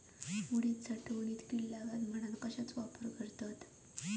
उडीद साठवणीत कीड लागात म्हणून कश्याचो वापर करतत?